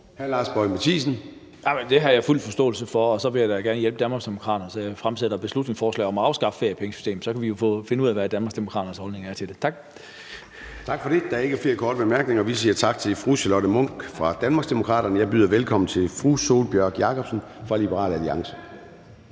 (UFG): Jamen det har jeg fuld forståelse for. Og så vil jeg da gerne hjælpe Danmarksdemokraterne ved at fremsætte et beslutningsforslag om at afskaffe feriepengesystemet, for så kan vi jo finde ud af, hvad Danmarksdemokraternes holdning til det er. Tak. Kl. 13:20 Formanden (Søren Gade): Tak for det. Der er ikke flere korte bemærkninger, og vi siger tak til fru Charlotte Munch fra Danmarksdemokraterne. Jeg byder velkommen til fru Sólbjørg Jakobsen fra Liberal Alliance.